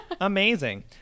Amazing